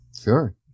sure